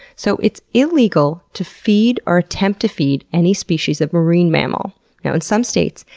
so it's illegal to feed or attempt to feed any species of marine mammal. now, in some states,